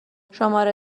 شماره